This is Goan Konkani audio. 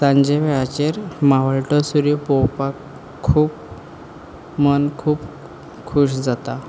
सांजे वेळाचेर मावळटो सुर्य पोवपाक खूब मन खूब खूश जाता